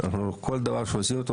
זו דרישה שקיימת באיחוד האירופי.